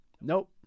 Nope